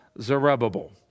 Zerubbabel